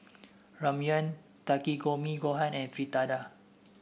Ramyeon Takikomi Gohan and Fritada